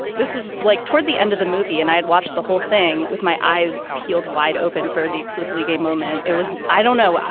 this was like toward the end of the movie, and i had watched the whole thing with my eyes peeled wide open for the exclusively gay moment. it was, i don't know,